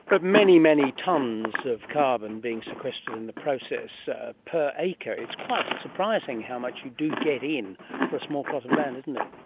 but many, many tonnes of carbon being sequestered in the process per acre. it's quite surprising how much you do get in for a small plot of land, isn't it.